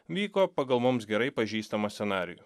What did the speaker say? vyko pagal mums gerai pažįstamą scenarijų